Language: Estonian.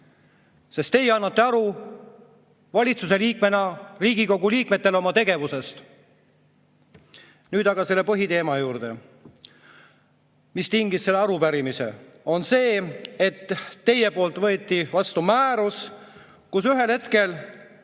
Sest teie annate aru valitsuse liikmena Riigikogu liikmetele oma tegevusest. Nüüd aga selle põhiteema juurde, mis tingis selle arupärimise. See on see, et teie poolt võeti vastu määrus, kus ühel hetkel